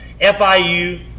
FIU